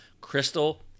Crystal